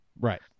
right